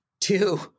two